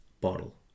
bottle